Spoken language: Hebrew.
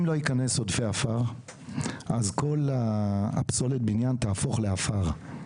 אם לא ייכנס עודפי עפר אז כל פסולת הבניין תהפוך לעפר.